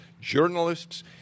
journalists